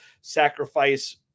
sacrifice